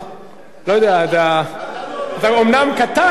לא יודע, אתה אומנם קטן, אבל לא עד,